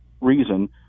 reason